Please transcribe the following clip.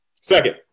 Second